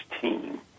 team